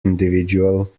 individual